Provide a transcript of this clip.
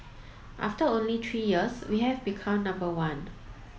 after only three years we've become number one